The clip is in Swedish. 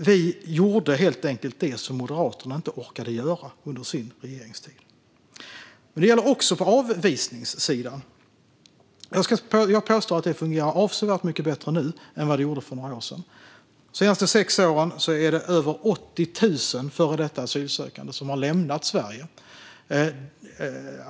Vi gjorde helt enkelt det som Moderaterna inte orkade göra under sin regeringstid. Det gäller också på avvisningssidan. Jag påstår att detta fungerar avsevärt mycket bättre nu än vad det gjorde för några år sedan. De senaste sex åren har över 80 000 före detta asylsökande lämnat Sverige.